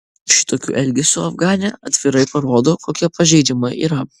šitokiu elgesiu afganė atvirai parodo kokia pažeidžiama yra